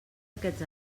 aquests